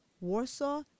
Warsaw